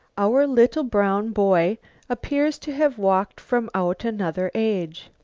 our little brown boy appears to have walked from out another age.